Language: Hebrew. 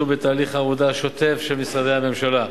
בתהליך העבודה השוטף של משרדי הממשלה.